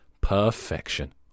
Perfection